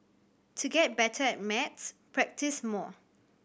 to get better at maths practise more